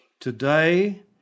today